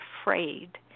afraid